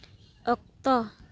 ᱚᱠᱛᱚ